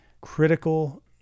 critical